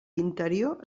interior